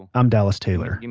i'm dallas taylor.